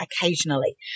occasionally